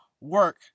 work